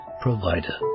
provider